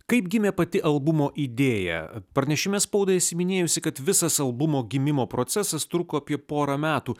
kaip gimė pati albumo idėja pranešime spaudai esi minėjusi kad visas albumo gimimo procesas truko apie porą metų